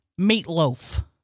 meatloaf